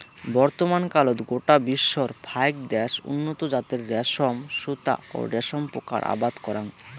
বর্তমানকালত গোটা বিশ্বর ফাইক দ্যাশ উন্নত জাতের রেশম সুতা ও রেশম পোকার আবাদ করাং